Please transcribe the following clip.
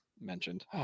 mentioned